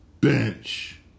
bench